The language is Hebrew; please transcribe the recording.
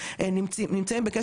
בטח לא עם עובדי סיעוד,